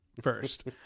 first